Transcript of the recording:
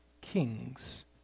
kings